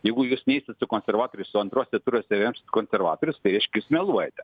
jeigu jūs neisit su konservatoriais o antruose turuose remsit konservatorius tai reiškia jūs meluojate